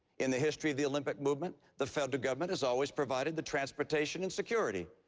in the history of the olympic movement, the federal government has always provided the transportation and security.